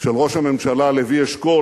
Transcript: של ראש הממשלה לוי אשכול